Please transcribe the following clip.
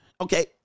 Okay